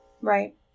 Right